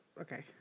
Okay